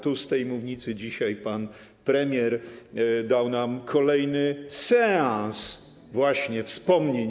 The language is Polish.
Tu, z tej mównicy, dzisiaj pan premier dał nam kolejny seans wspomnień.